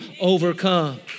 overcome